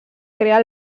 crear